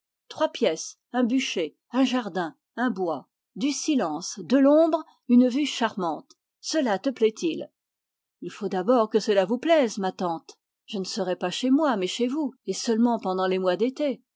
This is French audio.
pièces un bûcher un jardin un bois du silence de l'ombre une vue charmante cela te plaît-il il faut d'abord que cela vous plaise ma tante je ne serai pas chez moi mais chez vous et seulement pendant les mois d'été